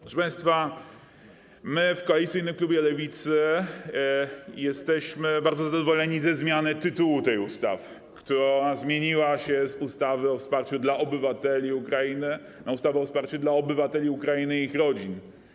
Proszę państwa, my w koalicyjnym klubie Lewicy jesteśmy bardzo zadowoleni ze zmiany tytułu tej ustawy - z ustawy o wsparciu dla obywateli Ukrainy na ustawę o wsparciu dla obywateli Ukrainy i ich rodzin.